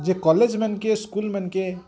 ଯେ କଲେଜ୍ ମେନ୍କେ ସ୍କୁଲ୍ ମେନ୍କେ